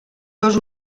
dos